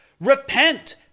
repent